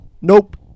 Nope